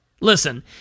Listen